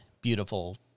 beautiful